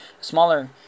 smaller